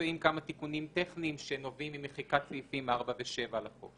מוצעים כמה תיקונים טכניים שנובעים ממחיקת סעיפים 4 ו-7 לחוק.